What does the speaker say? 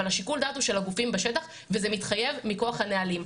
אבל שיקול הדעת הוא של הגופים בשטח וזה מתחייב מכוח הנהלים.